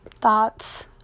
thoughts